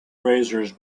razors